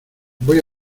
voy